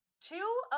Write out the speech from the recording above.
two